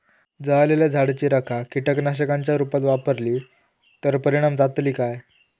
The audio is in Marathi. जळालेल्या झाडाची रखा कीटकनाशकांच्या रुपात वापरली तर परिणाम जातली काय?